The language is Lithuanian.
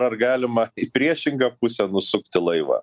ar galima į priešingą pusę nusukti laivą